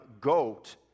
goat